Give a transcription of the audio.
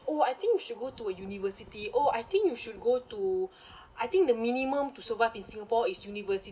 oh I think you should go to a university oh I think you should go to I think the minimum to survive in singapore is university